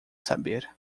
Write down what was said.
saber